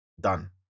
Done